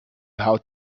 how